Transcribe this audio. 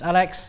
Alex